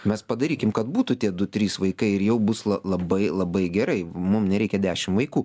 mes padarykime kad būtų tie du trys vaikai ir jau bus labai labai gerai mum nereikia dešim vaikų